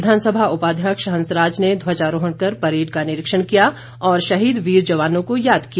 विधानसभा उपाध्यक्ष हंसराज ने ध्वजारोहण कर परेड का निरीक्षण किया और शहीद वीर जवानों को याद किया